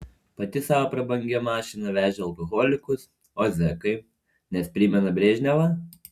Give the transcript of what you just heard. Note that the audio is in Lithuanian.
pati savo prabangia mašina vežė alkoholikus o zekai nes primena brežnevą